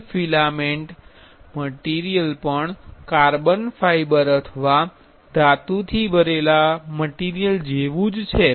wood filament material પણ carbon fibre અથવા ધાતુથી ભરેલા મટીરિયલ જેવુ જ છે